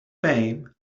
fame